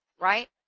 right